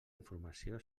informació